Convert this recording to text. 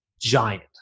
giant